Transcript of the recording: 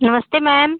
नमस्ते मैम